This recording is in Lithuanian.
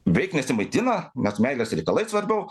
beveik nesimaitina nes meilės reikalai svarbiau